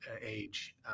age